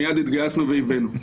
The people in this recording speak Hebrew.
מיד התגייסנו והבאנו.